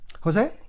Jose